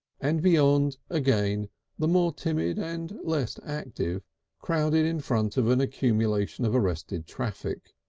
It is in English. and beyond again the more timid and less active crowded in front of an accumulation of arrested traffic.